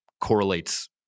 correlates